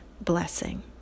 blessing